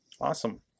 Awesome